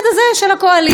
של הקואליציה.